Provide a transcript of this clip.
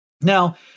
Now